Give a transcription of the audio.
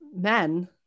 men